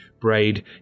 Braid